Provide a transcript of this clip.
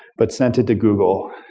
but sent it to google,